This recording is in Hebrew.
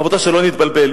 רבותי, שלא נתבלבל.